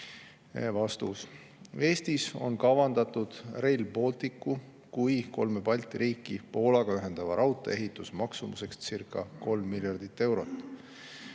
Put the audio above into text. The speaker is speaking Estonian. Vastus. Eestis on kavandatud Rail Balticu kui kolme Balti riiki Poolaga ühendava raudtee ehituse maksumusekscirca3 miljardit eurot.